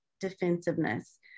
defensiveness